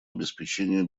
обеспечению